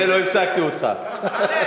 בגלל זה